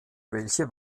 welche